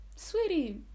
sweetie